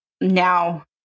now